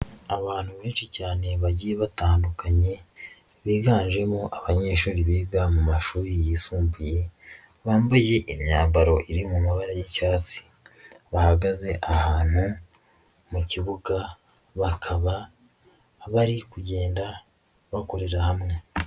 Abantu benshi cyane bagiye batandukanye, biganjemo abanyeshuri biga mu mashuri yisumbuye, bambaye imyambaro iri mu mabara y'icyatsi, bahagaze ahantu mu kibuga bakaba bari kugenda bakorera hamwe.